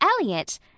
Elliot